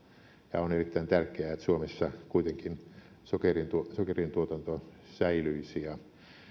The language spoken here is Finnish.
ja on erittäin tärkeää että suomessa kuitenkin sokerin tuotanto säilyisi